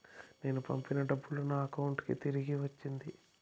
నేను పంపిన డబ్బులు నా అకౌంటు కి తిరిగి వచ్చింది